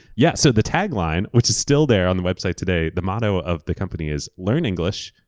yeah so the tagline, which is still there on the website today, the motto of the company is, learn english.